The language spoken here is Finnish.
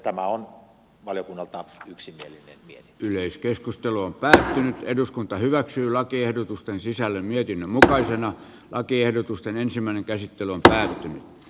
tämä on valiokunnalta yksimielinen yleiskeskustelun tänään eduskunta hyväksyy lakiehdotusten sisällön ja mutkaisen lakiehdotusten ensimmäinen käsittely on mietintö